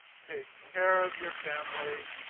take care of your family,